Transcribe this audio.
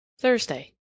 Thursday